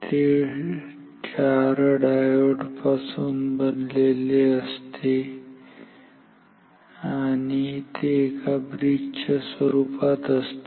तर ते डायोड चार पासून बनलेले असते जे एका ब्रिज च्या स्वरूपात असते